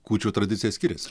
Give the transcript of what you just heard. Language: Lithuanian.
kūčių tradicija skirias